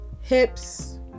Hips